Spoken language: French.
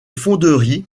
fonderie